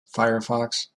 firefox